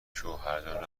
شوهرجان